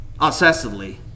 obsessively